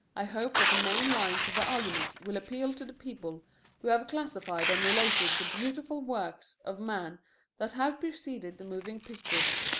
i hope that the main lines of the argument will appeal to the people who have classified and related the beautiful works of man that have preceded the moving pictures.